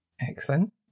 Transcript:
excellent